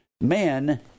men